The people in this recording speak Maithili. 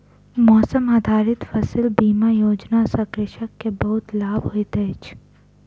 मौसम आधारित फसिल बीमा योजना सॅ कृषक के बहुत लाभ होइत अछि